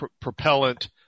propellant